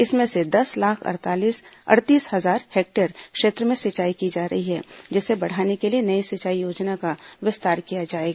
इसमें से दस लाख अड़तीस हजार हेक्टेयर क्षेत्र में सिंचाई की जा रही है जिसे बढ़ाने के लिए नई सिंचाई योजनाओं का विस्तार किया जाएगा